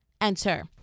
enter